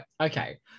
okay